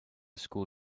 school